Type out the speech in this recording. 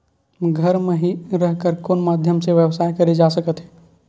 घर म हि रह कर कोन माध्यम से व्यवसाय करे जा सकत हे?